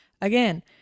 Again